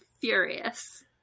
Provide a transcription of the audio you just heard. furious